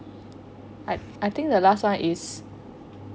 I I think the last one is